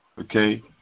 okay